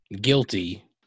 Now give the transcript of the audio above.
guilty